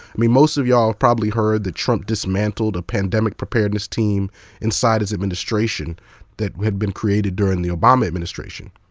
most of y'all have probably heard that trump dismantled a pandemic preparedness team inside his administration that had been created during the obama administration.